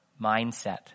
mindset